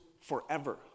forever